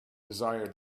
desire